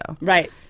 right